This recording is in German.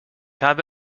habe